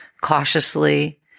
cautiously